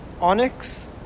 onyx